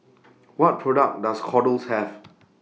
What products Does Kordel's Have